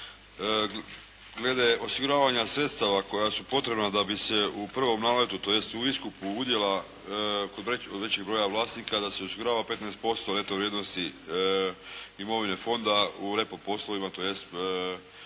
gdje osiguravanja sredstava koja su potrebna da bi se u prvom naletu, tj. u iskupu udjela kod većeg broja vlasnika da se osigurava 15% od neto vrijednosti imovine Fonda u REPRO poslovima, tj.